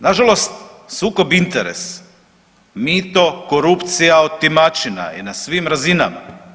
Nažalost sukob interes, mito, korupcija i otimačina je na svim razinama.